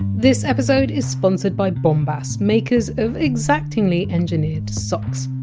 this episode is sponsored by bombas, makers of exactingly engineered socks.